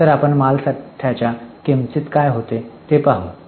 तर आता मालसाठ्याच्या किंमतीत काय होते ते पाहू